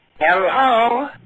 hello